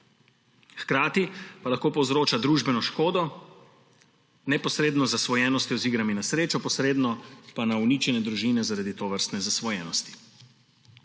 hkrati pa lahko povzroča družbeno škodo, neposredno z zasvojenostjo z igrami na srečo, posredno pa uničene družine zaradi tovrstne zasvojenosti.